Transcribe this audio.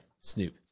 Snoop